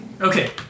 Okay